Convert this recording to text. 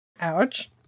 ouch